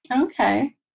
Okay